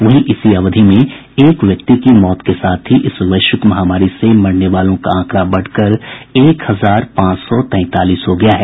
वहीं इसी अवधि में एक व्यक्ति की मौत के साथ ही इस वैश्विक महामारी से मरने वालों का आंकड़ा बढ़कर एक हजार पांच सौ तैंतालीस हो गया है